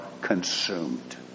consumed